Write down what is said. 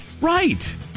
Right